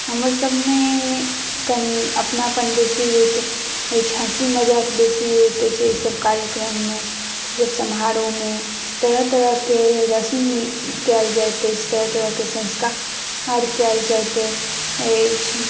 हमर सबमे कनी अपनापन बेसी होइत अछि हँसी मजाक बेसी होइत अछि एहि सब कार्यक्रममे ई सब समारोहमे तरह तरहके रस्म कयल जाइत अछि तरह तरहके संस्कार कयल जाइत अछि